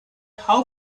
how